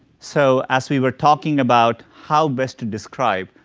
so as we were talking about how best to describe,